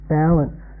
balance